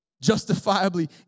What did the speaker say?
justifiably